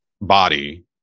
body